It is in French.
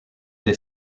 est